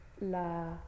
la